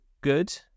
good